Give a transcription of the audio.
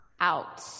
out